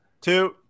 Two